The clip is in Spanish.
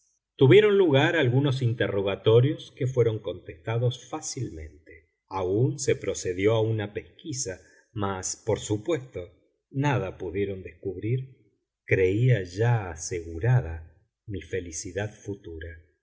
tuvieron lugar algunos interrogatorios que fueron contestados fácilmente aun se procedió a una pesquisa mas por supuesto nada pudieron descubrir creía ya asegurada mi felicidad futura